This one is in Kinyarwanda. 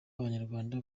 abanyarwanda